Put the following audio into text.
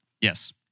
Yes